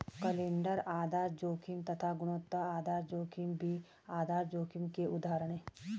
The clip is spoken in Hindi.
कैलेंडर आधार जोखिम तथा गुणवत्ता आधार जोखिम भी आधार जोखिम के उदाहरण है